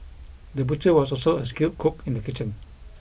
the butcher was also a skilled cook in the kitchen